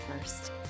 first